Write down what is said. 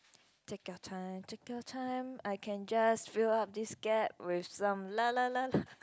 take your time take your time I can just fill up this gap with some la la la la